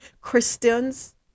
Christians